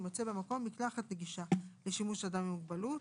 תמצא במקום מקלחת נגישה לשימוש אדם עם מוגבלות,